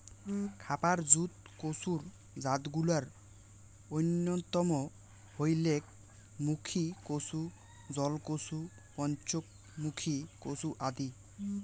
খাবার জুত কচুর জাতগুলার অইন্যতম হইলেক মুখীকচু, জলকচু, পঞ্চমুখী কচু আদি